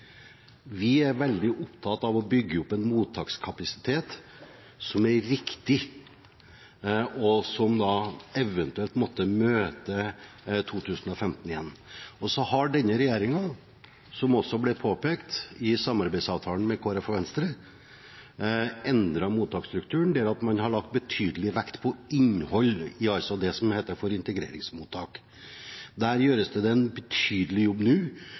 Vi er veldig opptatt av å bygge opp en mottakskapasitet som er riktig, og som da eventuelt kan møte 2015 igjen. Denne regjeringen har, som det også ble påpekt i samarbeidsavtalen med Kristelig Folkeparti og Venstre, endret mottaksstrukturen. Det gjør at man har lagt betydelig vekt på innholdet i det som heter integreringsmottak. Der gjøres det en betydelig jobb nå,